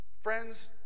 Friends